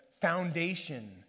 foundation